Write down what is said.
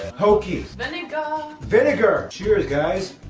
hokey, then you got vinegar cheery guys